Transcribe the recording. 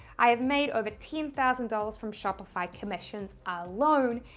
i have made over ten thousand dollars from shopify commissions alone.